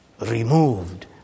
removed